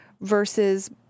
versus